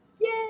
yay